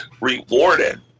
rewarded